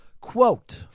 Quote